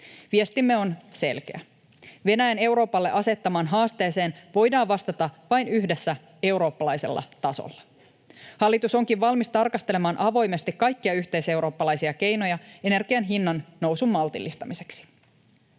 Viestimme on selkeä. Venäjän Euroopalle asettamaan haasteeseen voidaan vastata vain yhdessä eurooppalaisella tasolla. Hallitus onkin valmis tarkastelemaan avoimesti kaikkia yhteiseurooppalaisia keinoja energian hinnan nousun maltillistamiseksi.